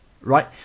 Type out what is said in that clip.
right